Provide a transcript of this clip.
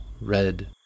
red